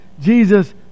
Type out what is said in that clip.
Jesus